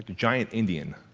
giant indian